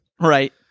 Right